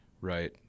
Right